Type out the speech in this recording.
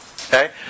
Okay